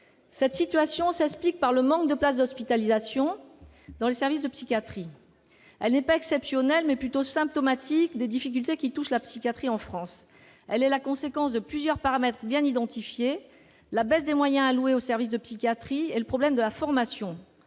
Cette situation s'explique par le manque de places d'hospitalisation dans les services de psychiatrie. Elle n'est pas exceptionnelle, mais plutôt symptomatique des difficultés qui touchent la psychiatrie en France. Elle est la conséquence de plusieurs paramètres bien identifiés : la baisse des moyens alloués aux services de psychiatrie et le problème de la formation.